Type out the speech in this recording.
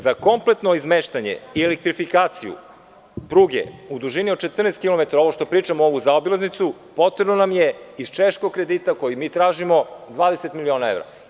Za kompletno izmeštanje i elektrifikaciju pruge u dužini od 14 kilometara, ovo što pričamo o zaobilaznici, potrebno nam je iz češkog kredita, koji mi tražimo, 20 miliona evra.